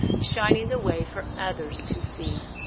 shining the way for others to see.